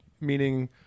meaning